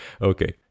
Okay